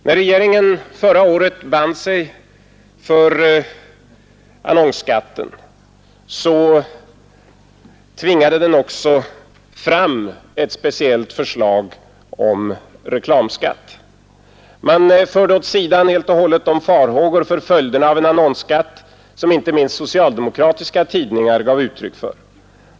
När regeringen förra året band sig för annonsskatten, tvingade den också fram ett speciellt förslag om reklamskatt. Man förde åt sidan helt och hållet de farhågor för följderna av en annonsskatt, som inte minst socialdemokratiska tidningar gav uttryck för.